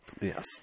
Yes